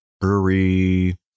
brewery